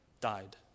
died